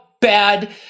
bad